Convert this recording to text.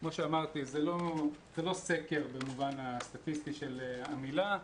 כמו שאמרתי, זה לא סקר במובן הסטטיסטי של המילה,